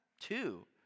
Two